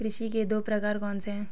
कृषि के दो प्रकार कौन से हैं?